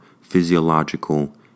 physiological